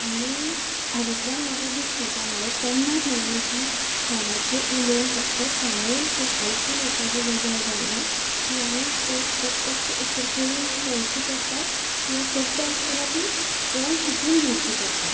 आनी हातूंतल्यान म्हाका दिसता की हांवेन तेन्ना ठरयिल्ले की फोनाचे उलोवन फकत सांगून वा आयकून एखादें गजाल जायना ती आमी प्रत्यक्ष एक तर करून पोवची पडटा किंवां करता आसतना ती पोवन शिकून घेवची पडटा